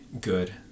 good